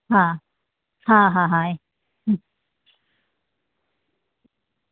હા હા હા હા એ